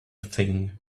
thing